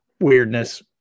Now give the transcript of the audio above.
weirdness